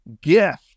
gift